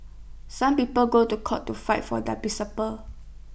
some people go to court to fight for their principles